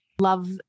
love